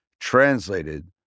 Translated